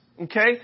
Okay